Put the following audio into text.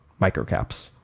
microcaps